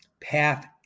path